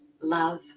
love